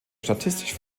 statistisch